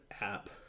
app